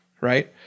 Right